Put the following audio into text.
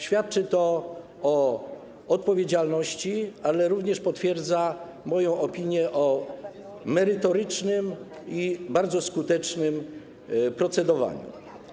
Świadczy to o odpowiedzialności, ale również potwierdza moją opinię o merytorycznym i bardzo skutecznym procedowaniu.